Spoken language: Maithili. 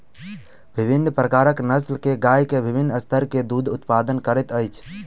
विभिन्न प्रकारक नस्ल के गाय के विभिन्न स्तर के दूधक उत्पादन करैत अछि